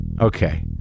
Okay